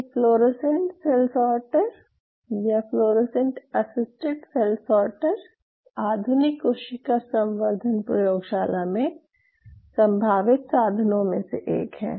ये fluorescent cell sorter या fluorescent assisted cell sorter आधुनिक कोशिका संवर्धन प्रयोगशाला में संभावित साधनों में से एक हैं